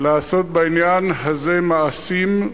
לעשות בעניין הזה מעשים,